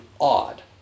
odd